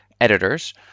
editors